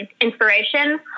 inspiration